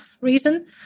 reason